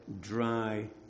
dry